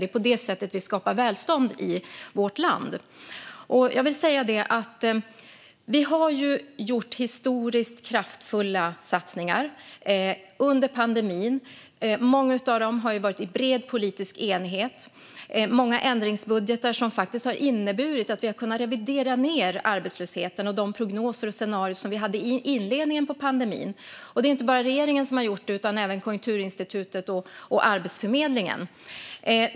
Det är på det sättet vi skapar välstånd i vårt land. Vi har gjort historiskt kraftfulla satsningar under pandemin, många av dem i bred politisk enighet. De många ändringsbudgetarna har inneburit att vi kunnat revidera ned de prognoser och scenarier som vi i inledningen av pandemin hade för arbetslösheten. Det är inte bara regeringen som har gjort det, utan även Konjunkturinstitutet och Arbetsförmedlingen.